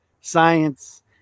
science